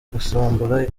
gusambura